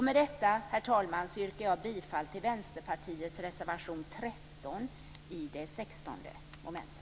Med detta, herr talman, yrkar jag bifall till Vänsterpartiets reservation 13 under mom. 16.